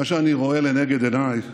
מה שאני רואה לנגד עיניי